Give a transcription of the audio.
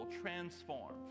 transform